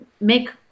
make